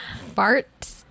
Fart